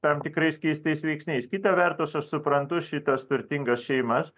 tam tikrais keistais veiksniais kita vertus aš suprantu šitas turtingas šeimas